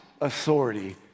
authority